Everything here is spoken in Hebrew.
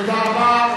תודה רבה.